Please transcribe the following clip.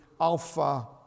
Alpha